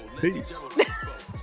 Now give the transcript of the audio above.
Peace